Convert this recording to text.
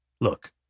look